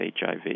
HIV